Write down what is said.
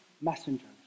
messengers